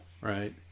right